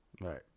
Right